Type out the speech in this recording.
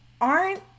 aren't-